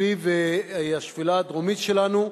סביב השפלה הדרומית שלנו.